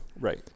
right